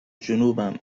جنوبم